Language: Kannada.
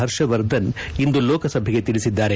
ಹರ್ಷವರ್ಧನ್ ಇಂದು ಲೋಕಸಭೆಗೆ ತಿಳಿಸಿದ್ಗಾರೆ